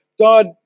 God